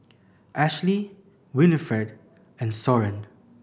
Ashlie Winnifred and Soren